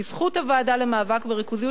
בזכות הוועדה למאבק בריכוזיות,